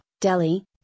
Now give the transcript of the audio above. Delhi